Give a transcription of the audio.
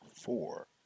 four